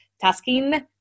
Tasking